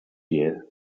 year